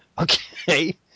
okay